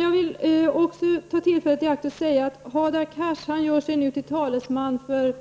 Jag vill också ta tillfället i akt att säga att Hadar Cars nu gör sig till talesman för